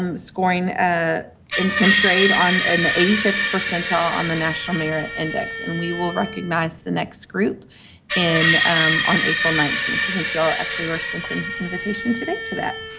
um scoring, ah in tenth grade on the eighty fifth percentile on the national merit index, and we will recognize the next group in on april nineteenth. i think you all actually were sent an invitation today to that.